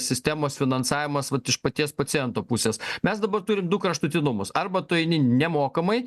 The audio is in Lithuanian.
sistemos finansavimas vat iš paties paciento pusės mes dabar turim du kraštutinumus arba tu eini nemokamai